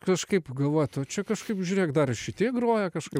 kažkaip galvot čia kažkaip žiūrėk dar ir šitie groja kažkur